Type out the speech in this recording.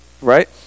right